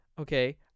Okay